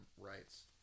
rights